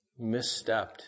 misstepped